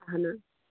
اَہَن حظ